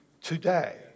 today